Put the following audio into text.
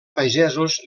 pagesos